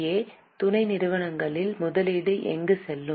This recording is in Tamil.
ஏ துணை நிறுவனங்களில் முதலீடு எங்கு செல்லும்